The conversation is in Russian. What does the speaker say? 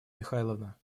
михайловна